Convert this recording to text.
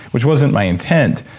which wasn't my intent,